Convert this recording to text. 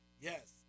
Yes